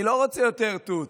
אני לא רוצה יותר תות.